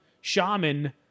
shaman